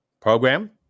program